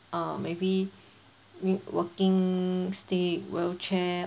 uh maybe need walking stick wheelchair